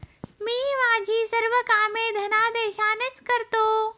मी माझी सर्व कामे धनादेशानेच करतो